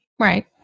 right